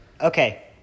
Okay